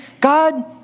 God